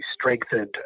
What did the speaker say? strengthened